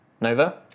Nova